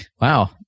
Wow